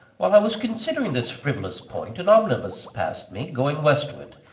while i was considering this frivolous point, an omnibus passed me, going westward.